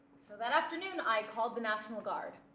so that afternoon, i called the national guard.